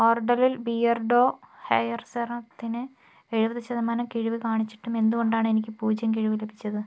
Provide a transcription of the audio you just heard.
ഓർഡറിൽ Beardo hair സെറത്തിന് എഴുപത് ശതമാനം കിഴിവ് കാണിച്ചിട്ടും എന്തുകൊണ്ടാണ് എനിക്ക് പൂജ്യം കിഴിവ് ലഭിച്ചത്